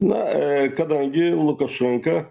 na kadangi lukašenka